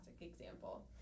example